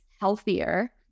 healthier